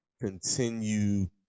continue